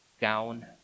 gown